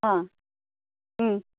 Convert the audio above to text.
आं